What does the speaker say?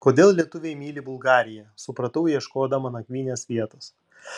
kodėl lietuviai myli bulgariją supratau ieškodama nakvynės vietos